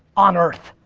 on earth.